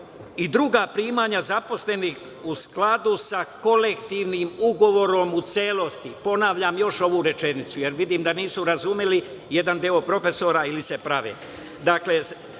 i druga primanja zaposlenih u skladu sa kolektivnim ugovorom u celosti, ponavljam još ovu rečenicu, jer vidim da nisu razumeli, jedan deo profesora ili se prave. Dakle,